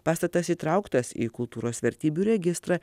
pastatas įtrauktas į kultūros vertybių registrą